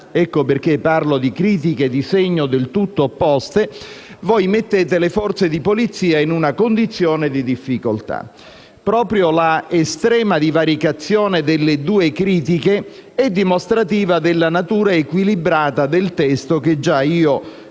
(ecco perché parlavo di critiche di segno del tutto opposto) noi mettiamo le forze di polizia in una condizione di difficoltà. Proprio l'estrema divaricazione delle due critiche è dimostrativa della natura equilibrata del testo che già